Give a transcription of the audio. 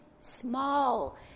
small